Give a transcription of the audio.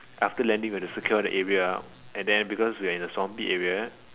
after landing we have to secure the area and because we are in a swamp area